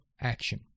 action